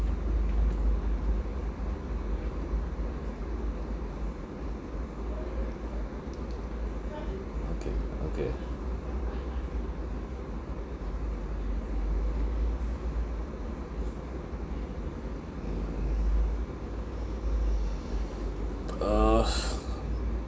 okay okay mm uh